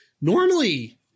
normally